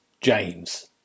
James